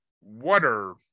water